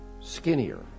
skinnier